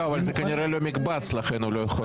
לא, אבל זה כנראה לא מקבץ לכן הוא לא יכול.